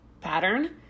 pattern